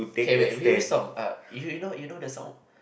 K wait which which song uh you know you know the song